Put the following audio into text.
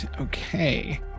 Okay